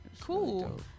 Cool